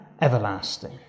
everlasting